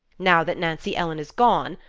now that nancy ellen is gone,